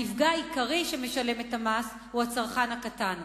הנפגע העיקרי שמשלם את המס הוא הצרכן הקטן.